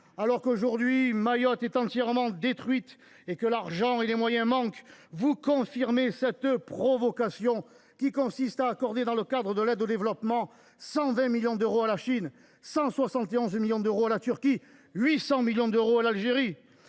Alors que Mayotte est entièrement détruite et que l’argent et les moyens manquent, vous confirmez cette provocation qui consiste à accorder, dans le cadre de l’aide publique au développement, 120 millions d’euros à la Chine, 171 millions d’euros à la Turquie et 800 millions d’euros à l’Algérie